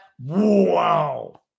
wow